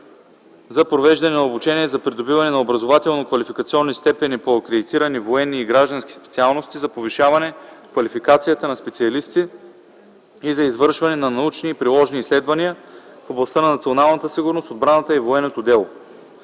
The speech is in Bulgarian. за провеждане на обучение за придобиване на образователно-квалификационни степени по акредитирани военни и граждански специалности за повишаване квалификацията на специалисти или извършване на научни или приложни изследвания в областта на националната сигурност, отбраната и военното дело.